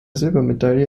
silbermedaille